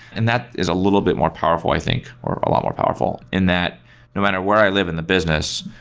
and that is a little bit more powerful i think, or a lot more powerful, and that no matter where i live in the business,